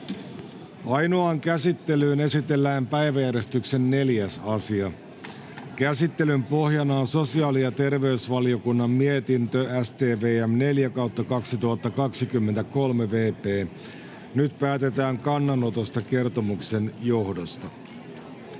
Ainoaan käsittelyyn esitellään päiväjärjestyksen 4. asia. Käsittelyn pohjana on sosiaali- ja terveysvaliokunnan mietintö StVM 4/2023 vp. Nyt päätetään kannanotosta kertomuksen johdosta.